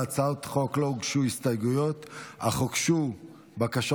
להצעת החוק לא הוגשו הסתייגויות אך הוגשו בקשות